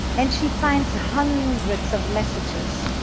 and she finds hundreds of messages,